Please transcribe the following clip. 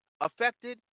affected